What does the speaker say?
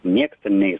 nieks ten neis